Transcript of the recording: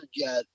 forget